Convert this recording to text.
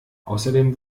außerdem